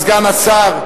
סגן השר,